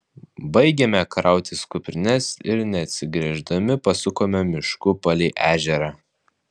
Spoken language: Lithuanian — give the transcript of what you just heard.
baigėme krautis kuprines ir neatsigręždami pasukome mišku palei ežerą